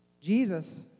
Jesus